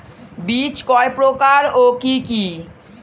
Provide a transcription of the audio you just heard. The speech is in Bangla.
বীজ কয় প্রকার ও কি কি?